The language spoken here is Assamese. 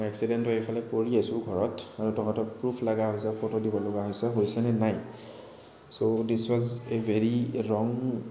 মই এক্সিডেণ্ট হৈ ইফালে পৰি আছোঁ ঘৰত আৰু তহঁতক প্ৰুফ লগা হৈছে ফটো দিবলগীয়া হৈছে হৈছে নে নাই so this was a very ৰং